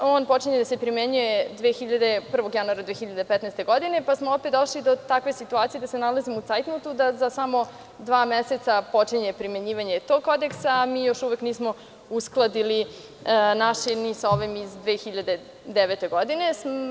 On počinje da se primenjuje 1. januara 2015. godine, pa smo opet došli do takve situacije da se nalazimo u cajtnotu, da za samo dva meseca počinje primenjivanje tog kodeksa, a mi još uvek nismo uskladili naš ni sa ovim iz 2009. godine.